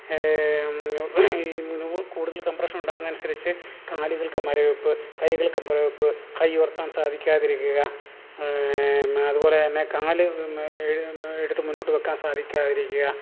കൂടുതൽ കംപ്രഷനുണ്ടാകുന്ന അനുസരിച്ച് കാലുകൾക്ക് മരവിപ്പ് കൈകൾക്ക് മരവിപ്പ് കൈ ഉയർത്താൻ സാധിക്കാതിരിക്കുക അതുപോലെതന്നെ കാല് എടുത്ത് മുന്നോട്ട് വെക്കാൻ സാധിക്കാതിരിക്കുക